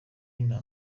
nta